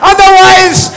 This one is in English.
Otherwise